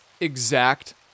exact